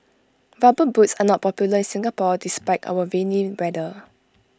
rubber boots are not popular in Singapore despite our rainy weather